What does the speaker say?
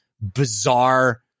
bizarre